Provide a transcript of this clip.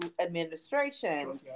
administration